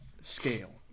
scale